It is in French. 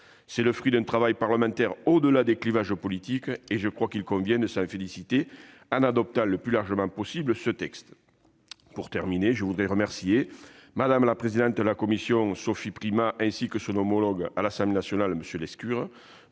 C'est le fruit d'un travail parlementaire au-delà des clivages politiques, et je crois qu'il convient de s'en féliciter en adoptant le plus largement possible ce texte. Pour terminer, je voudrais remercier Mme la présidente de la commission, Sophie Primas, ainsi que son homologue à l'Assemblée nationale, M. Lescure,